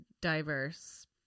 diverse